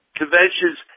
conventions